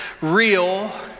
real